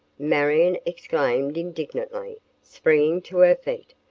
marion exclaimed indignantly, springing to her feet.